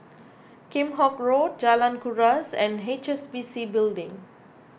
Kheam Hock Road Jalan Kuras and H S B C Building